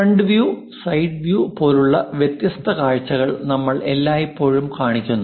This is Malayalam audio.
ഫ്രണ്ട് വ്യൂ സൈഡ് വ്യൂ പോലുള്ള വ്യത്യസ്ത കാഴ്ചകൾ നമ്മൾ എല്ലായ്പ്പോഴും കാണിക്കുന്നു